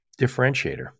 differentiator